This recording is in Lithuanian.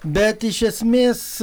bet iš esmės